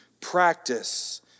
practice